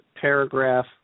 paragraph